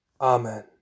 Amen